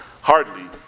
Hardly